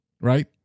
right